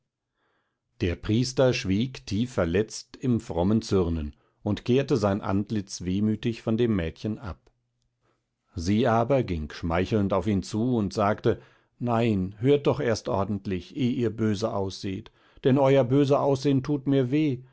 der priester schwieg tiefverletzt im frommen zürnen und kehrte sein antlitz wehmütig von dem mädchen ab sie aber ging schmeichelnd auf ihn zu und sagte nein hört doch erst ordentlich eh ihr böse ausseht denn euer böseaussehn tut mir weh